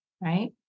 right